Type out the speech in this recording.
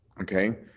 okay